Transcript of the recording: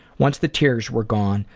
once the tears were gone,